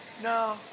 No